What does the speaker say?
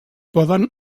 poden